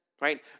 Right